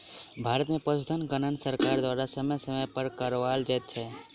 भारत मे पशुधन गणना सरकार द्वारा समय समय पर कराओल जाइत छै